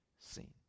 seen